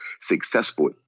successful